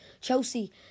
Chelsea